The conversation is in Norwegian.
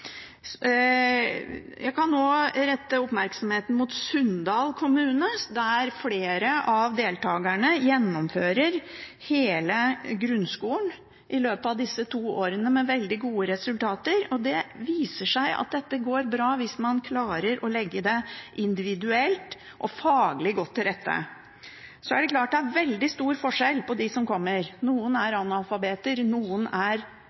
Jeg kan også rette oppmerksomheten mot at flere av deltakerne i Sunndal kommune gjennomfører hele grunnskolen med veldig gode resultater i løpet av disse to årene. Det viser seg at dette går bra hvis man klarer å legge det individuelt og faglig godt til rette. Det er veldig stor forskjell på dem som kommer. Noen er analfabeter, noen har meget høy kompetanse på ulike områder, og noen har sågar universitetsutdanning. Da er